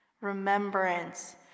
remembrance